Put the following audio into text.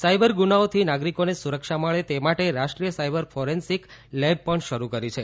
cyber ગુનાઓથી નાગરિકોને સુરક્ષા મળે તે માટે રાષ્ટ્રીય સાઈબર ફોરેન્સિક લેબ પણ શરૂ કરી છે